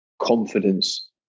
confidence